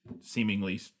seemingly